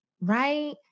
right